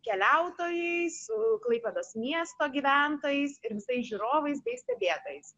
keliautojais su klaipėdos miesto gyventojais ir visais žiūrovais bei stebėtojais